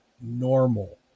normal